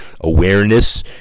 awareness